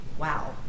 wow